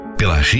pela